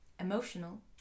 emotional